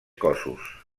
cossos